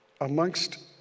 Amongst